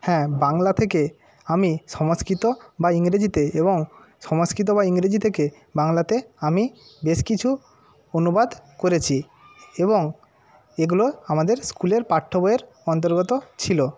হ্যাঁ বাংলা থেকে আমি সংস্কৃত বা ইংরেজিতে এবং সংস্কৃত বা ইংরেজি থেকে বাংলাতে আমি বেশ কিছু অনুবাদ করেছি এবং এগুলো আমাদের স্কুলের পাঠ্যবইয়ের অন্তর্গত ছিল